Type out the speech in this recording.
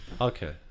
okay